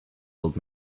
old